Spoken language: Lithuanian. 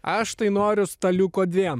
aš tai noriu staliuko dviem